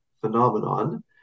phenomenon